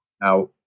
Now